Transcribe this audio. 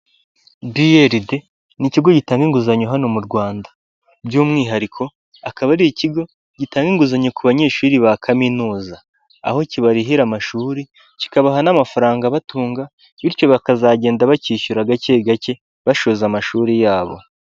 BRD ni ikigo gitanga inguzanyo hano mu Rwanda by'umwihariko akaba ari ikigo gitanga inguzanyo ku banyeshuri ba kaminuza, aho kibarihira amashuri kikabaha n'amafaranga abatunga bityo bakazagenda bacyishyura gake gake bashoje amashuri ya bo.